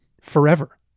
forever